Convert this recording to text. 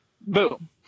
Boom